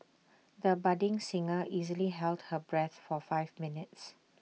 the budding singer easily held her breath for five minutes